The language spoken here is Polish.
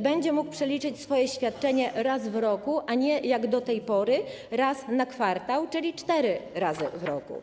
będzie mógł przeliczyć swoje świadczenie raz w roku, a nie, jak do tej pory, raz na kwartał, czyli cztery razy w roku.